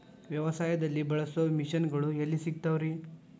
ವ್ಯವಸಾಯದಲ್ಲಿ ಬಳಸೋ ಮಿಷನ್ ಗಳು ಎಲ್ಲಿ ಸಿಗ್ತಾವ್ ರೇ?